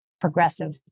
progressive